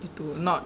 itu not